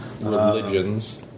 religions